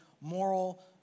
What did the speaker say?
moral